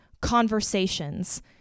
conversations